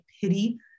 pity